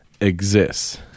exists